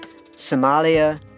Somalia